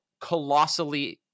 colossally